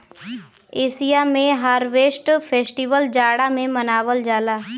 Asia में harvest festival जाड़ा में मनावल जाला